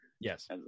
yes